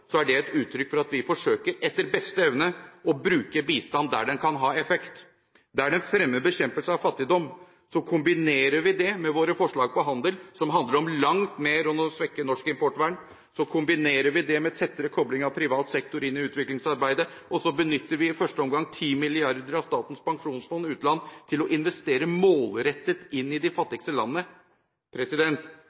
er det et uttrykk for at vi etter beste evne forsøker å bruke bistand der den kan ha effekt, der den fremmer bekjempelse av fattigdom. Så kombinerer vi det med våre forslag om handel, som handler om langt mer enn å svekke norsk importvern. Det kombinerer vi med en tettere kobling av privat sektor inn i utviklingsarbeidet. Og så benytter vi i første omgang 10 mrd. kr av Statens pensjonsfond utland til å investere målrettet inn i de fattigste